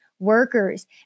workers